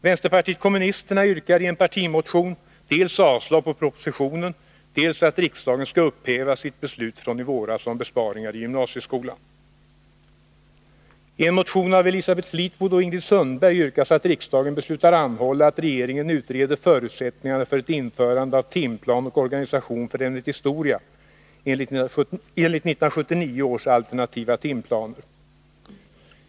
Vänsterpartiet kommunisterna yrkar i en partimotion dels avslag på propositionen, dels att riksdagen skall upphäva sitt beslut från i våras om besparingar i gymnasieskolan. I en motion av Elisabeth Fleetwood och Ingrid Sundberg yrkas att riksdagen beslutar anhålla att regeringen utreder förutsättningarna för ett införande av timplan och organisation för ämnet historia enligt 1979 års alternativa timplaner.